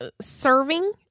serving